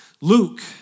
Luke